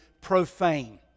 profane